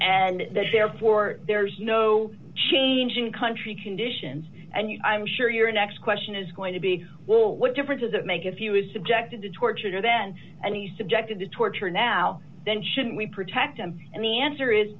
and therefore there's no change in country conditions and you i'm sure your next question is going to be well what difference does it make if you was subjected to torture then any subjected to torture now then shouldn't we protect him and the answer is